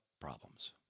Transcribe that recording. problems